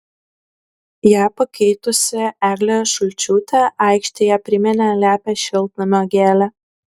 ją pakeitusi eglė šulčiūtė aikštėje priminė lepią šiltnamio gėlę